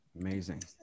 Amazing